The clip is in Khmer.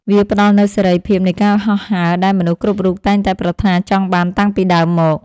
វាផ្ដល់នូវសេរីភាពនៃការហោះហើរដែលមនុស្សគ្រប់រូបតែងតែប្រាថ្នាចង់បានតាំងពីដើមមក។